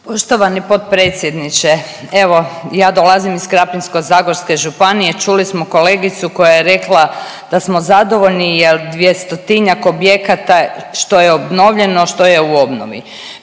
Poštovani potpredsjedniče, evo ja dolazim iz Krapinsko-zagorske županije čuli smo kolegicu koja je rekla da smo zadovoljni jer 200-tinjak objekata što je obnovljeno što je u obnovi.